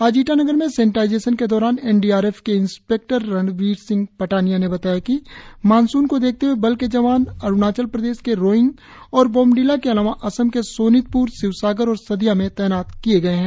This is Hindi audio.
आज ईटानगर में सेनेटाइजेशन के दौरान एन डी आर एफ के इंस्पेक्टर रणवीर सिंह पटानिया ने बताया कि मानसून को देखते हुए बल के जवान अरुणाचल प्रदेश के रोईंग और बोमडिला के अलावा असम के सोनितप्र शिवसागर और सदिया में तैनात किये गए है